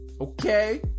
Okay